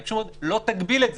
היא פשוט מאוד לא תגביל את זה.